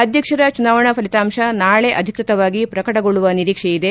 ಅಧ್ಯಕ್ಷರ ಚುನಾವಣಾ ಫಲಿತಾಂಶ ನಾಳೆ ಅಧಿಕೃತವಾಗಿ ಪ್ರಕಟಗೊಳ್ಳುವ ನಿರೀಕ್ಷೆ ಇದೆ